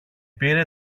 πήρε